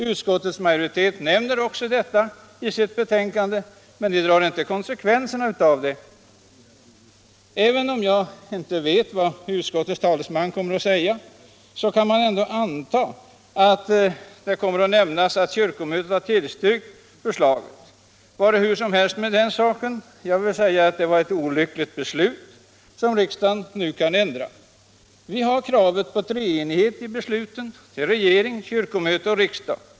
Utskottets majoritet nämner detta i sitt betänkande men drar inte konsekvenserna därav. Även om jag inte vet vad utskottets talesman kommer att säga, så kan man anta att det kommer att nämnas att kyrkomötet har tillstyrkt förslaget. Vare hur som helst med den saken — jag vill säga att det var ett olyckligt beslut, som riksdagen nu kan ändra. Vi har kravet på treenighet i besluten — regering, kyrkomöte och riksdag.